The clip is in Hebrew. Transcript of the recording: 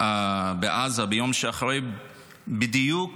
בעזה ביום שאחרי, בדיוק